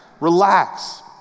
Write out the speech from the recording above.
relax